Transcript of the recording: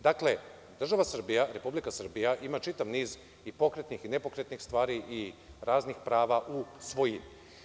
Dakle, država Srbija, Republika Srbija ima čitav niz i pokretnih i nepokretnih stvari i raznih prava u svojini.